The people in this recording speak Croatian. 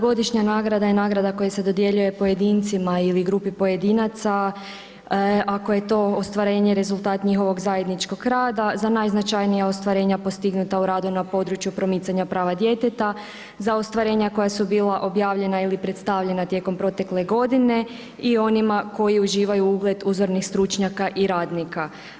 Godišnja nagrada je nagrada koja se dodjeljuje pojedincima ili grupi pojedinaca ako je to ostvarenje rezultat njihovog zajedničkog rada za najznačajnija ostvarenja postignuta u radu na području promicanja prava djeteta, za ostvarenja koja su bila objavljena ili predstavljena tijekom protekle godine i onima koji uživaju ugled uzornih stručnjaka i radnika.